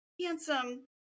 handsome